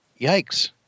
Yikes